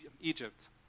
Egypt